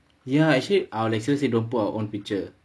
ya actually our lecturer say don't put our own picture